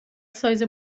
سایز